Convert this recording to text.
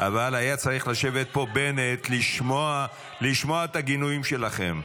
אבל היה צריך לשבת פה בנט לשמוע את הגינויים שלכם.